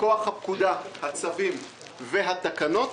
מכוח הפקודה, הצווים והתקנות,